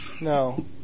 no